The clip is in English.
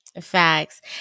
Facts